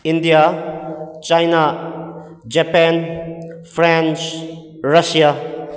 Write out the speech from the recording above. India China Japan France Russia